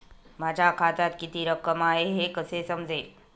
माझ्या खात्यात किती रक्कम आहे हे कसे समजेल?